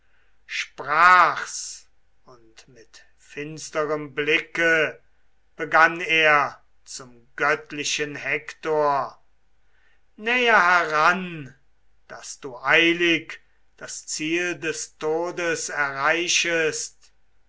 sprach's und mit finsterem blicke begann er zum göttlichen hektor näher heran daß du eilig das ziel des todes erreichest